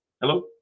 Hello